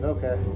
Okay